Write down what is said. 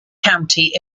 county